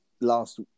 last